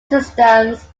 systems